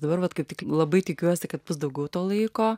dabar vat kaip tik labai tikiuosi kad bus daugiau to laiko